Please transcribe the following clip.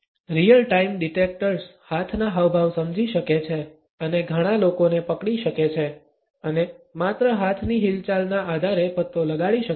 real time detectors હાથના હાવભાવ સમજી શકે છે અને ઘણા લોકોને પકડી શકે છે અને માત્ર હાથની હિલચાલના આધારે પત્તો લગાડી શકે છે